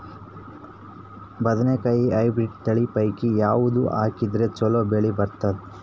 ಬದನೆಕಾಯಿ ಹೈಬ್ರಿಡ್ ತಳಿ ಪೈಕಿ ಯಾವದು ಹಾಕಿದರ ಚಲೋ ಬೆಳಿ ಬರತದ?